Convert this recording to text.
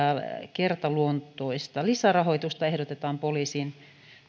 kertaluontoista lisärahoitusta ehdotetaan poliisin